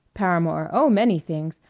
paramore oh, many things.